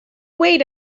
wait